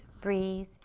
breathe